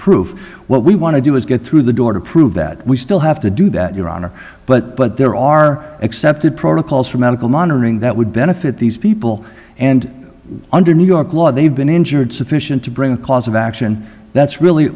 proof what we want to do is get through the door to prove that we still have to do that your honor but there are accepted protocols for medical monitoring that would benefit these people and under new york law they've been injured sufficient to bring a cause of action that's really